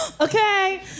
Okay